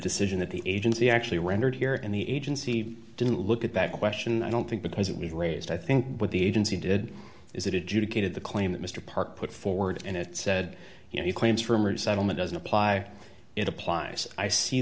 decision that the agency actually rendered here and the agency didn't look at that question i don't think because it was raised i think what the agency did is that it juki to the claim that mr park put forward and it said you know he claims for a marriage settlement doesn't apply it applies i see